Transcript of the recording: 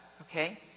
okay